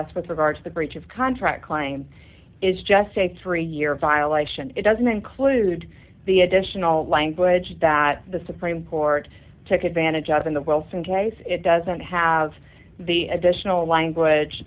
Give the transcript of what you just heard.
us with regard to the breach of contract claim is just a three year violation it doesn't include the additional language that the supreme court took advantage of in the world in case it doesn't have the additional language